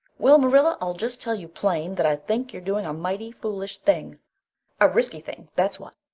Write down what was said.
well, marilla, i'll just tell you plain that i think you're doing a mighty foolish thing a risky thing, that's what.